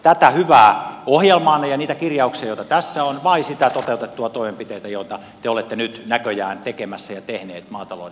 tätä hyvää ohjelmaanne ja niitä kirjauksia joita tässä on vai niitä toteutettuja toimenpiteitä joita te olette nyt näköjään tekemässä ja tehneet maatalouden osalta